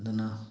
ꯑꯗꯨꯅ